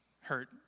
hurt